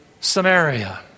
Samaria